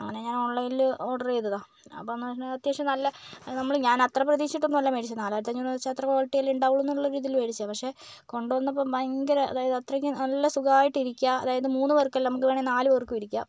അങ്ങനെ ഞാന് ഓണ്ലൈനിൽ ഓര്ഡര് ചെയ്തതാ അപ്പം എന്ന് പറഞ്ഞാല് അത്യാവശ്യം നല്ല നമ്മൾ ഞാന് അത്ര പ്രതീക്ഷിച്ചിട്ടൊന്നും അല്ല മേടിച്ചത് നാലായിരത്തി അഞ്ഞൂറ് എന്ന് വച്ചാൽ അത്ര ക്വാളിറ്റി അല്ലേ ഉണ്ടാവുള്ളൂ എന്നുള്ള രീതിയിൽ മേടിച്ചതാ പക്ഷെ കൊണ്ടു വന്നപ്പോൾ ഭയങ്കര അതായത് അത്രയ്ക്ക് നല്ല സുഖമായിട്ട് ഇരിക്കാം അതായത് മൂന്നു പേര്ക്കല്ല നമുക്ക് വേണേൽ നാലു പേര്ക്കും ഇരിക്കാം